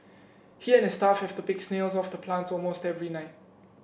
he and his staff have to pick snails off the plants almost every night